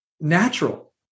Natural